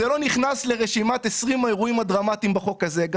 זה לא נכנס לרשימת 20 האירועים הדרמטיים בחוק הזה,